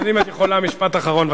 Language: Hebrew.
אז אם את יכולה משפט אחרון.